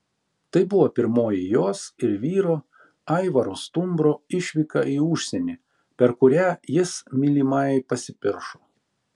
tai buvo pirmoji jos ir vyro aivaro stumbro išvyka į užsienį per kurią jis mylimajai pasipiršo